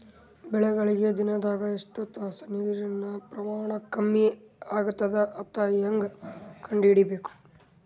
ಬೆಳಿಗಳಿಗೆ ದಿನದಾಗ ಎಷ್ಟು ತಾಸ ನೀರಿನ ಪ್ರಮಾಣ ಕಮ್ಮಿ ಆಗತದ ಅಂತ ಹೇಂಗ ಕಂಡ ಹಿಡಿಯಬೇಕು?